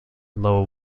low